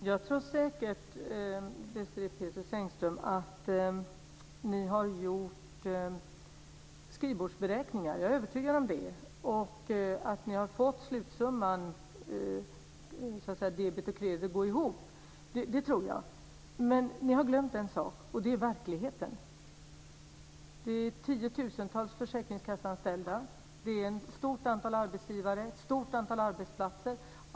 Fru talman! Jag tror säkert att ni har gjort skrivbordsberäkningar, Désirée Pethrus Engström. Jag är övertygad om det. Jag tror att ni har fått debet och kredit att gå ihop. Men ni har glömt en sak, och det är verkligheten. Det är 10 000-tals försäkringskasseanställda. Det är ett stort antal arbetsgivare och ett stort antal arbetsplatser.